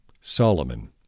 Solomon